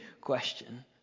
question